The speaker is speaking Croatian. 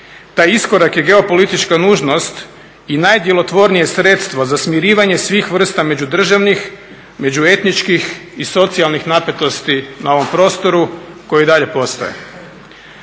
Taj iskorak je geopolitička nužnost i najdjelotvornije sredstvo za smirivanje svih vrsta međudržavnih, međuetničkih i socijalnih napetosti na ovom prostoru koje i dalje postoje.